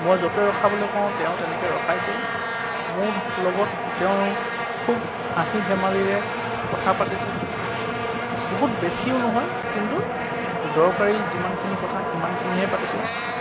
মই য'তে ৰখাবলৈ কওঁ তেওঁ তেনেকৈ ৰখাইছিল মোৰ লগত তেওঁ খুব হাঁহি ধেমালিৰে কথা পাতিছিল বহুত বেছিও নহয় কিন্তু দৰকাৰী যিমানখিনি কথা সিমানখিনিহে পাতিছিল